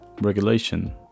Regulation